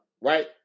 right